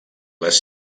les